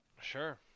Sure